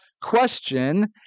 question